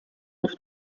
auf